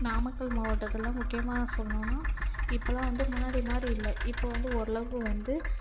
நாமக்கல் மாவட்டத்தில் முக்கியமாக சொல்லணுன்னா இப்போல்லாம் வந்து முன்னாடி மாதிரி இல்லை இப்போ வந்து ஓர் அளவுக்கு வந்து